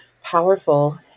Powerful